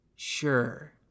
Sure